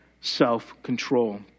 self-control